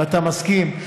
ואתה מסכים.